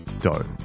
dough